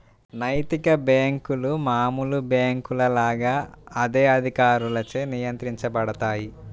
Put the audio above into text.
నైతిక బ్యేంకులు మామూలు బ్యేంకుల లాగా అదే అధికారులచే నియంత్రించబడతాయి